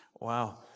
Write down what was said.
Wow